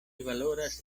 valoras